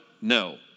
No